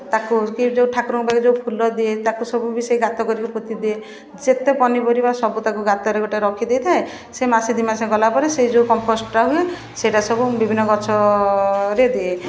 ତାକୁ କି ଯେଉଁ ଠାକୁରଙ୍କ ପାଖେ ଯେଉଁ ଫୁଲ ଦିଏ ତାକୁ ସବୁ ବି ସେ ଗାତ କରିକି ପୋତି ଦିଏ ଯେତେ ପନିପରିବା ସବୁ ତାକୁ ଗାତରେ ଗୋଟେ ରଖି ଦେଇଥାଏ ସେ ମାସେ ଦୁଇମାସେ ଗଲା ପରେ ସେ ଯେଉଁ କମ୍ପୋଷ୍ଟ ହୁଏ ସେଇଟା ସବୁ ବିଭିନ୍ନ ଗଛ ରେ ଦିଏ